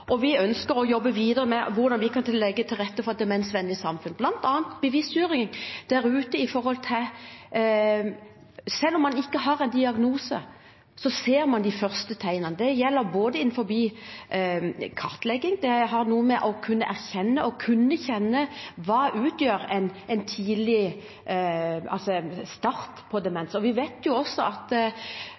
samfunn, bl.a. bevisstgjøringen der ute, for selv om man ikke har en diagnose, ser man de første tegnene. Det gjelder bl.a. innen kartlegging; det har noe med å kunne erkjenne og kunne kjenne igjen hva som utgjør en tidlig start på demens. Vi vet også at